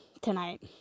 tonight